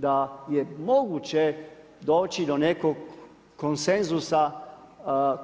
Da je moguće, doći do nekog konsenzusa,